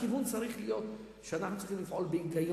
הכיוון צריך להיות שאנחנו צריכים לפעול בהיגיון,